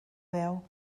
veu